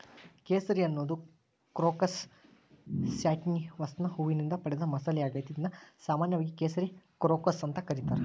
ಕೇಸರಿ ಅನ್ನೋದು ಕ್ರೋಕಸ್ ಸ್ಯಾಟಿವಸ್ನ ಹೂವಿನಿಂದ ಪಡೆದ ಮಸಾಲಿಯಾಗೇತಿ, ಇದನ್ನು ಸಾಮಾನ್ಯವಾಗಿ ಕೇಸರಿ ಕ್ರೋಕಸ್ ಅಂತ ಕರೇತಾರ